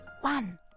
one